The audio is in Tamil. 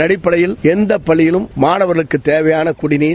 அதன் அடிப்படையில் எந்த பள்ளியிலும் மாணவர்களுக்கு தேவையான குடிமீர்